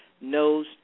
knows